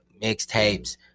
mixtapes